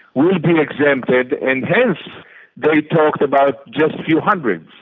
will be exempted and hence they talked about just few hundreds.